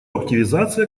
активизация